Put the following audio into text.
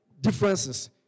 differences